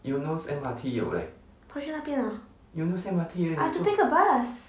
跑去哪边啊 I have to take a bus